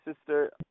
Sister